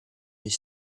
his